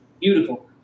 beautiful